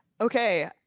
Okay